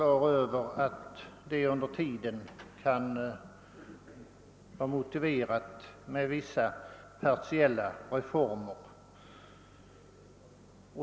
Jag inser också att det under tiden kan vara motiverat med vissa partiella reformer.